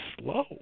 slow